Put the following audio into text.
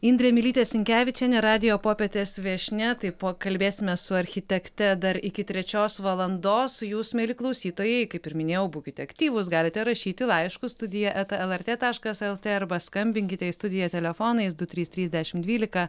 indrė mylytė sinkevičienė radijo popietės viešnia tai pakalbėsime su architekte dar iki trečios valandos jūs mieli klausytojai kaip ir minėjau būkite aktyvūs galite rašyti laiškus studija eta lrt taškas lt arba skambinkite į studiją telefonais du trys trys dešimt dvylika